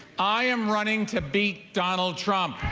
i am running to be donald trump.